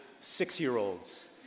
six-year-olds